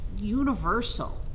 universal